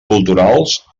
culturals